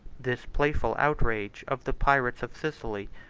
this playful outrage of the pirates of sicily,